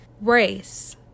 race